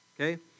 Okay